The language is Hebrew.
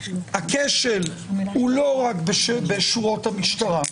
הכשל הוא לא רק בשורות המשטרה.